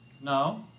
No